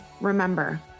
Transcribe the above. remember